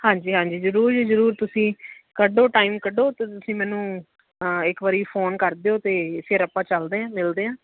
ਹਾਂਜੀ ਹਾਂਜੀ ਜ਼ਰੂਰ ਜੀ ਜ਼ਰੂਰ ਤੁਸੀਂ ਕੱਢੋ ਟਾਈਮ ਕੱਢੋ ਤੁਸੀਂ ਮੈਨੂੰ ਇੱਕ ਵਾਰੀ ਫੋਨ ਕਰ ਦਿਓ ਅਤੇ ਫਿਰ ਆਪਾਂ ਚਲਦੇ ਹਾਂ ਮਿਲਦੇ ਹਾਂ